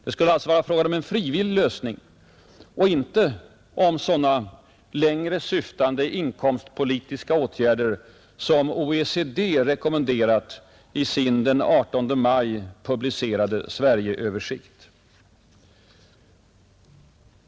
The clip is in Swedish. Det skulle alltså vara fråga om en frivillig lösning och inte sådana längre syftande inkomstpolitiska åtgärder som OECD rekommenderat i sin den 18 maj publicerade Sverigeöversikt.